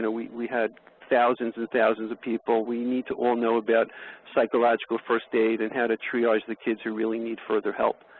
we we had thousands and thousands of people. we need to all know about psychological first aid and how to triage the kids who really need further help.